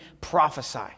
prophesy